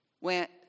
went